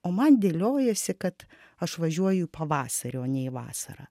o man dėliojasi kad aš važiuoju pavasarį o ne į vasarą